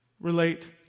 relate